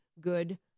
good